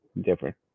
different